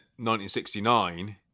1969